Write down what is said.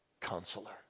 counselor